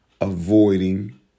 avoiding